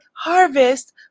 harvest